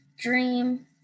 dream